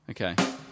Okay